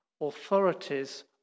authorities